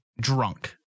drunk